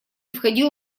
входил